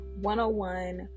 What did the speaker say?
101